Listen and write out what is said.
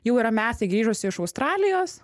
jau yra metai grįžusi iš australijos